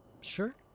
Sure